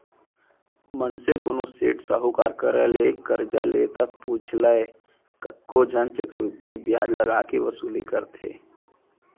मनसे कोनो सेठ साहूकार करा ले करजा ले ता पुछ लय कतको झन चक्रबृद्धि बियाज लगा के वसूली करथे